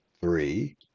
Three